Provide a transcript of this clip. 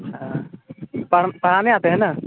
अच्छा पढ़ पढ़ाने आते है ना